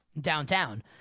downtown